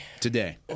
Today